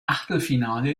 achtelfinale